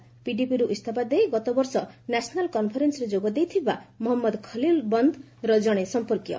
ଏବଂ ପିଡିପିରୁ ଇସ୍ତଫା ଦେଇ ଗତବର୍ଷ ନ୍ୟାସନାଲ୍ କନ୍ଫରେନ୍ବରେ ଯୋଗ ଦେଇଥିବା ମହମ୍ମଦ ଖଲିଲ୍ ବନ୍ଦ୍ର କଣେ ସମ୍ପର୍କୀୟ